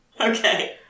Okay